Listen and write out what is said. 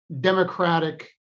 democratic